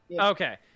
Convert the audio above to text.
Okay